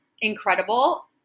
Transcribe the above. incredible